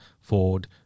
Ford